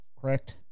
Correct